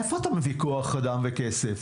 אבל מאיפה אתה מביא כוח אדם וכסף?